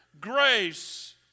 grace